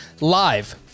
Live